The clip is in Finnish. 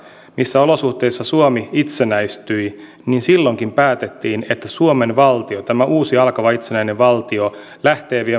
missä olosuhteissa suomi itsenäistyi niin silloinkin päätettiin että suomen valtio tämä uusi alkava itsenäinen valtio lähtee viemään